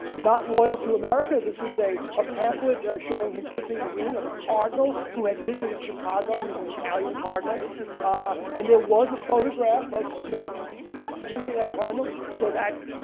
not loyal to america. this is a a pamphlet showing him kissing the ring of a cardinal who had visited chicago, he is an italian cardinal and there was a photograph of smith greeting that cardinal so that,